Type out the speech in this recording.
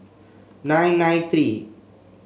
nine nine three